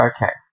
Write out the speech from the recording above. Okay